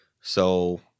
So-